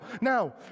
Now